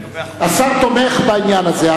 השר תומך בעניין הזה.